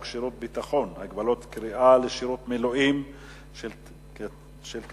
שירות ביטחון (הגבלות קריאה לשירות מילואים של קצין,